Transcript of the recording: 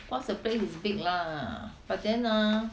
because the place is big lah but then ah